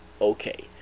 okay